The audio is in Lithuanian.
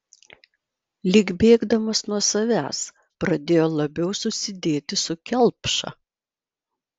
lyg bėgdamas nuo savęs pradėjo labiau susidėti su kelpša